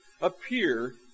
appear